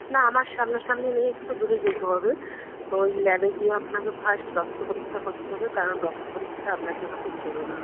না আমার সামনা সামনি নেই একটু দূরে যেতে হবে তো ওই ল্যাবে গিয়ে আপনাকে ফার্স্ট রক্ত পরীক্ষা করতে হবে কারণ রক্ত পরীক্ষাটা আপনার জন্য খুব জরুরি